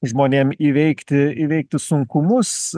žmonėm įveikti įveikti sunkumus